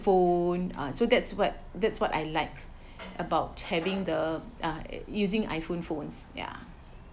phone ah so that's what that's what I like about having the uh using iPhone phones yeah